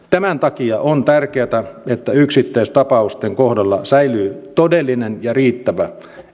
tämän takia on tärkeätä että yksittäistapausten kohdalla säilyy todellinen ja riittävä